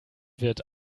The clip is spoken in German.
wird